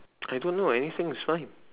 I don't know anything is fine